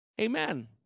Amen